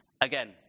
Again